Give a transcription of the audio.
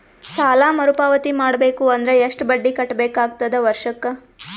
ಸಾಲಾ ಮರು ಪಾವತಿ ಮಾಡಬೇಕು ಅಂದ್ರ ಎಷ್ಟ ಬಡ್ಡಿ ಕಟ್ಟಬೇಕಾಗತದ ವರ್ಷಕ್ಕ?